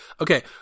okay